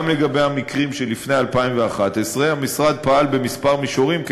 גם לגבי המקרים שלפני 2011 המשרד פעל בכמה